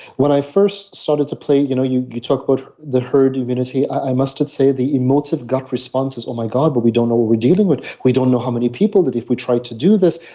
when i first started to play, you know you you talk about the hard immunity, i must say the emotive gut responses. oh my god, but we don't know what we're dealing with. we don't know how many people that if we tried to do this,